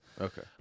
Okay